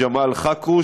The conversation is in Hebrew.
ג'מאל חכרוש,